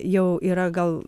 jau yra gal